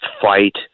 fight